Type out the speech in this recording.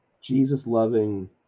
Jesus-loving